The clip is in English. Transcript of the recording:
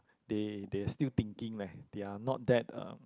they they are still thinking leh they are not that um